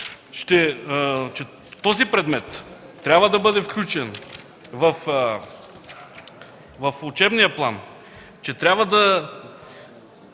този предмет трябва да бъде включен в учебния план, че трябва да